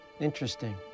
interesting